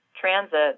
transit